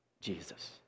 Jesus